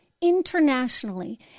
internationally